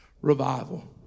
revival